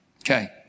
Okay